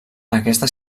aquesta